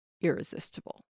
irresistible